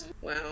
wow